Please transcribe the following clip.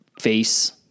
face